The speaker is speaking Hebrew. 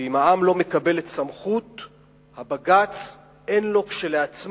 ואם העם לא מקבל את סמכות בג"ץ, אין לו, כשלעצמו,